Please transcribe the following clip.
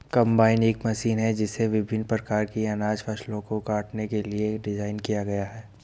combine एक machine है जिसे विभिन्न प्रकार की अनाज फसलों को काटने के लिए डिज़ाइन किया गया है